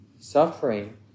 suffering